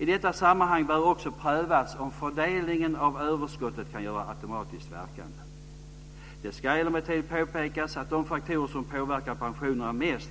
I detta sammanhang bör också prövas om fördelningen av överskottet kan göras automatiskt verkande. Det ska emellertid påpekas att de faktorer som påverkar pensionerna mest